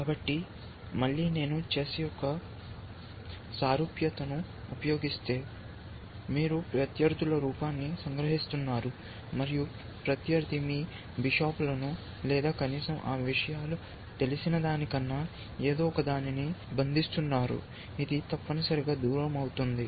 కాబట్టి మళ్ళీ నేను చెస్ యొక్క సారూప్యతను ఉపయోగిస్తే మీరు ప్రత్యర్థుల రూపాన్ని సంగ్రహిస్తున్నారు మరియు ప్రత్యర్థి మీ బిషప్లను లేదా కనీసం ఆ విషయాలు తెలిసినదానికన్నా ఏదో ఒకదానిని బంధిస్తున్నారు ఇది తప్పనిసరిగా దూరం అవుతోంది